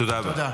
תודה.